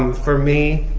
um for me,